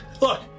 Look